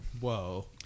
Whoa